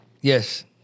Yes